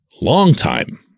longtime